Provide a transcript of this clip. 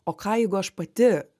o ką jeigu aš pati